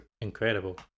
incredible